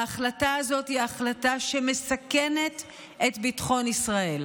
ההחלטה הזאת היא החלטה שמסכנת את ביטחון ישראל.